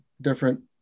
different